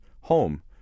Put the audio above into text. home